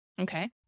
Okay